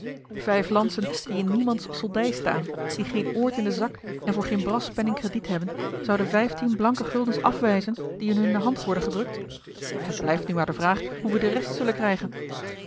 vijf lantzen die in niemands soldij staan die geen oort in den zak en voor geen braspenning krediet hebben zouden vijftien blanke guldens afwijzen die hun in de hand worden gedrukt t blijft nu maar de vraag hoe we de rest zullen krijgen